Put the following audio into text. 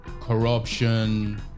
corruption